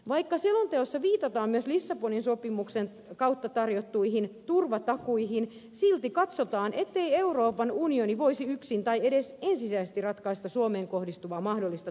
vaikka selonteossa viitataan myös lissabonin sopimuksen kautta tarjottuihin turvatakuisiin silti katsotaan ettei euroopan unioni voisi yksin tai edes ensisijaisesti ratkaista suomeen kohdistuvaa mahdollista turvallisuusongelmaa